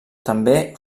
també